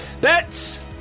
Bets